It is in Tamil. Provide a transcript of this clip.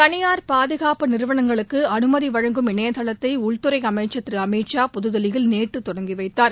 தனியார் பாதுகாப்பு நிறுவனங்களுக்கு அனுமதி வழங்கும் இணையதளத்தை உள்துறை அமைச்சர் திரு அமித்ஷா புதுதில்லியில் நேற்று தொடங்கிவைத்தார்